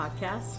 Podcast